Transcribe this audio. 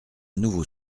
nouveau